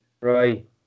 Right